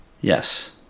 Yes